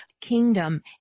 kingdom